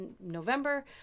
November